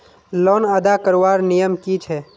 Loan अदा करवार नियम की छे?